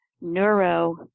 Neuro